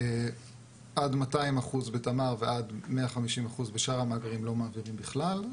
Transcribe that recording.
עד 200% בתמר ועד 150% בשאר המאגרים לא מעבירים בכלל,